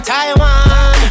Taiwan